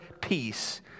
peace